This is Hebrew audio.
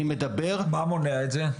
מה מונע את זה?